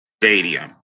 stadium